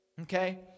Okay